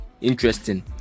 interesting